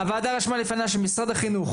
הוועדה רשמה לפניה שמשרד החינוך,